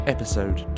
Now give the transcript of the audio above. Episode